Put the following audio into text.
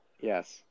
Yes